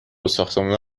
ساختمونا